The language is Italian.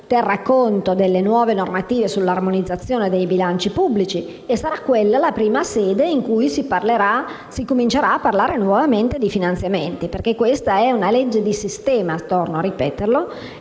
terrà conto delle nuove normative sull'armonizzazione dei bilanci pubblici e sarà quella la prima sede in cui si comincerà a parlare nuovamente di finanziamenti. Infatti, torno a ripetere,